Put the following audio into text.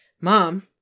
mom